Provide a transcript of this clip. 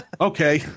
okay